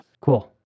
cool